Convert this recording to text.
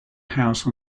house